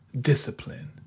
Discipline